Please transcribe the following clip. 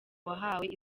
wahawe